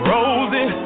Rosie